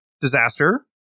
Disaster